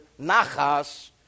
nachas